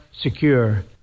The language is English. secure